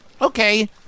Okay